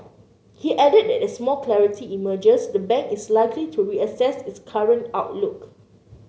he added that as more clarity emerges the bank is likely to reassess its current outlook